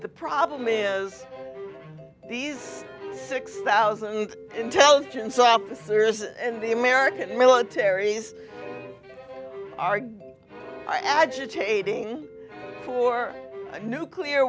the problem is these six thousand intelligence officers in the american military is are my agitating for nuclear